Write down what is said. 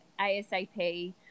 ASAP